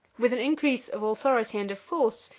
with an increase of authority and of force,